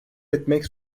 etmek